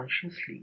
consciously